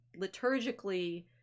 liturgically